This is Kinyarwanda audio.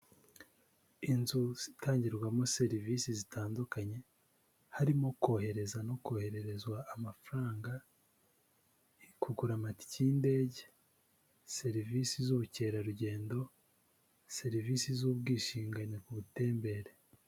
Inzu zitangirwamo serivisi zitandukanye, harimo; kohereza no kohererezwa amafaranga, kugura amatike y'indege, serivisi z'ubukerarugendo, serivisi z'ubwisungane ku butembere.